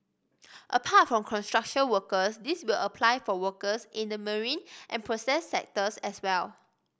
apart from construction workers this will apply for workers in the marine and process sectors as well